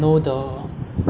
or the pillars to